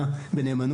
בנאמנות.